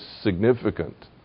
significant